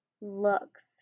looks